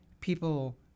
people –